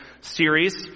series